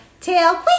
tail